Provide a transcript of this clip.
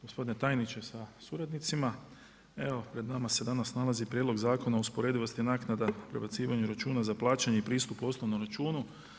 Gospodine tajniče sa suradnicima, evo pred nama se danas nalazi Prijelog Zakona o usporedivosti naknada prebacivanju računa za plaćanje i pristup osnovnom računu.